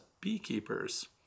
beekeepers